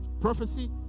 prophecy